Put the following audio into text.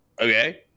okay